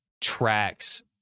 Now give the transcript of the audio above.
tracks